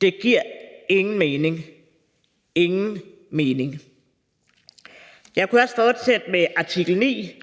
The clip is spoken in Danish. Det giver ingen mening – ingen mening! Jeg kunne også fortsætte med artikel 9: